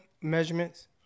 Measurements